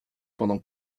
pendant